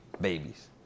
babies